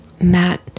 Matt